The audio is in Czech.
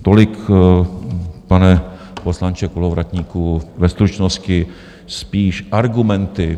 Tolik, pane poslanče Kolovratníku, ve stručnosti spíš argumenty.